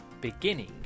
beginning